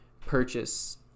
purchase